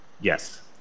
Yes